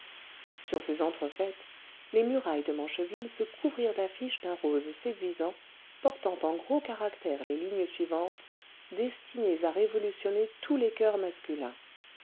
sur ces entrefaites les murailles de mancheville se couvrirent d'affiches d'un rose séduisant portant en gros caractères les lignes suivantes destinées à révolutionner tous les coeurs masculins